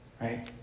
right